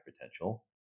potential